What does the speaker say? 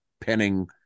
penning